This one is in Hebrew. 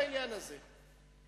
ככה המשטרה קוראת לגנבות רכב.